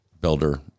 builder